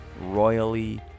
royally